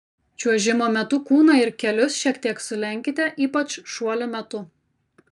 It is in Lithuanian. čiuožimo metu kūną ir kelius šiek tiek sulenkite ypač šuolio metu